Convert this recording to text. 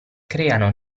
creano